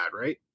right